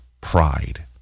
pride